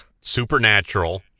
Supernatural